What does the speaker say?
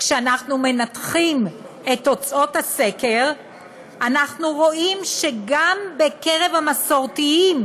כשאנחנו מנתחים את תוצאות הסקר אנחנו רואים שגם בקרב המסורתיים